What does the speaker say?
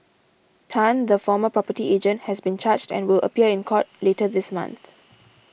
Tan the former property agent has been charged and will appear in court later this month